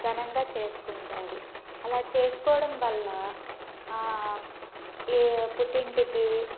ఘనంగ చేసుకుంటారు అలా చేసుకోవడం వల్లా ఈ పుట్టింటికీ